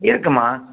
இருக்கும்மா